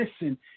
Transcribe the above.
listen